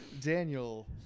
Daniel